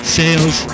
sales